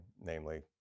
namely